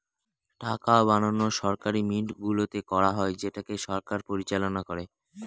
টাকা বানানো সরকারি মিন্টগুলোতে করা হয় যেটাকে সরকার পরিচালনা করে